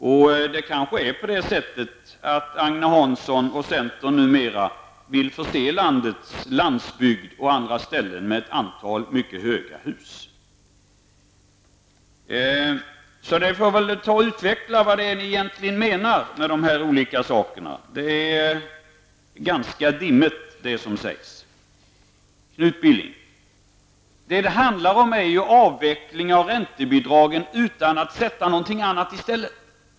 Det är kanske så, att Agne Hansson och centern numera vill förse landsbygden och andra delar av landet med ett antal mycket höga hus. Så ni får väl försöka redogöra för vad ni menar. Det som sägs är ganska dimmigt. Till Knut Billing. Det handlar ju om en avveckling av räntebidragen utan att någonting annat sätts i stället.